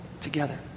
together